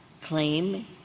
claim